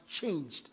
changed